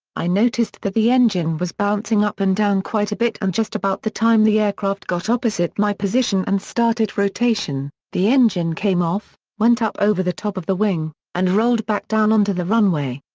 i noticed that the engine was bouncing up and down quite a bit and just about the time the aircraft got opposite my position and started rotation, the engine came off, went up over the top of the wing, and rolled back down onto the runway.